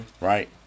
right